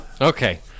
Okay